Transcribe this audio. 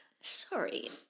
Sorry